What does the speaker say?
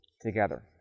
together